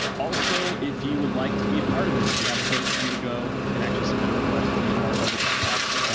also if you would like to be a part of this, we have a place for you to go and actually submit a request to be a part of the tech talks,